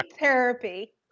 therapy